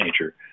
nature